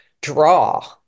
draw